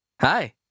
Hi